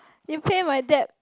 you pay my debt